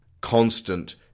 constant